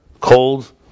cold